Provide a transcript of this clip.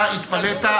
אתה התפלאת,